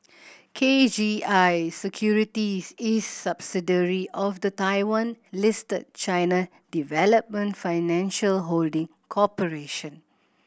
K G I Securities is subsidiary of the Taiwan Listed China Development Financial Holding Corporation